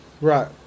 Right